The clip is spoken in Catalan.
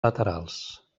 laterals